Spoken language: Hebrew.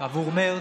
עבור מרץ,